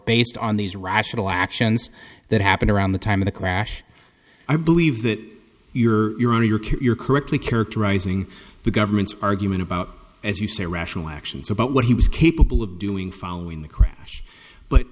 based on these rational actions that happened around the time of the crash i believe that your your cure correctly characterizing the government's argument about as you say rational actions about what he was capable of doing following the crap but